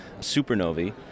supernovae